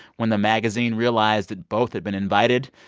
when the magazine realized that both had been invited,